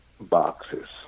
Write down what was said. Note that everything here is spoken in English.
boxes